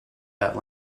that